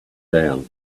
down